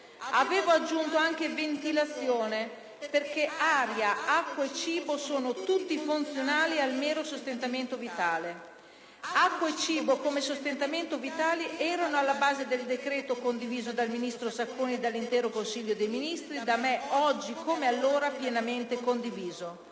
Avevo aggiunto anche ventilazione, perché aria, acqua e cibo sono tutti funzionali al mero sostentamento vitale. Acqua e cibo, come sostentamento vitale, erano alla base del decreto condiviso dal ministro Sacconi e dall'intero Consiglio dei Ministri e da me - oggi, come allora - pienamente approvato.